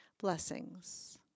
Blessings